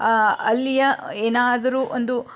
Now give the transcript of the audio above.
ಅಲ್ಲಿಯ ಏನಾದರೂ ಒಂದು